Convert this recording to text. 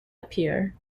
appear